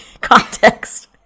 context